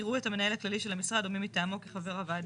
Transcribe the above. יראו את המנהל הכללי של המשרד או מי מטעמו כחבר הוועדה,